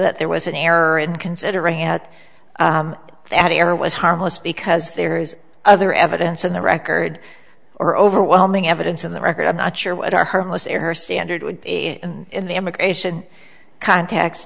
that there was an error in considering that that error was harmless because there is other evidence in the record or overwhelming evidence in the record i'm not sure what are harmless error standard would be in the immigration cont